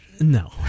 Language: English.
No